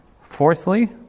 Fourthly